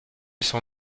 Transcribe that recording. son